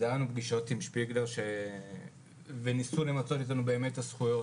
היו לנו פגישות עם שפיגלר וניסו למצות איתנו את הזכויות,